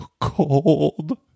cold